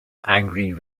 angry